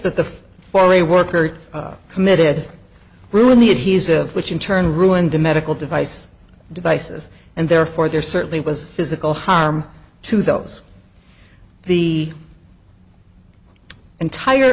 that the former a worker committed ruin the adhesive which in turn ruined the medical device devices and therefore there certainly was physical harm to those the entire